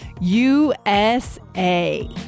USA